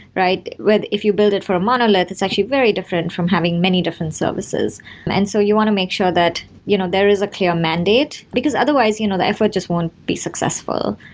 right? if you build it for a monolith, it's actually very different from having many different services and so you want to make sure that you know there is a clear mandate, because otherwise, you know the effort just won't be successful.